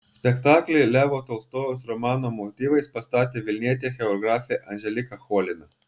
spektaklį levo tolstojaus romano motyvais pastatė vilnietė choreografė anželika cholina